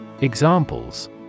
examples